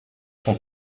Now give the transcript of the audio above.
sont